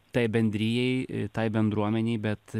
tai bendrijai tai bendruomenei bet